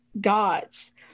gods